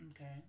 Okay